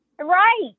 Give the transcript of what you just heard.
Right